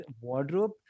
wardrobe